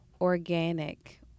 organic